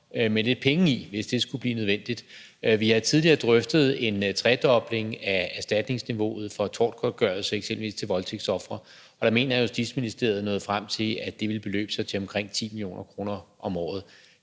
med lidt penge i, hvis det skulle blive nødvendigt. Vi har tidligere drøftet en tredobling af erstatningsniveauet for tortgodtgørelse til eksempelvis voldtægtsofre, og der mener jeg, at Justitsministeriet nåede frem til, at det ville beløbe sig til omkring 10 mio. kr. om året.